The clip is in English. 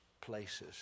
places